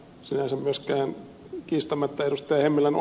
sinänsä myöskään kiistämättä ed